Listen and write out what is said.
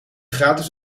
gratis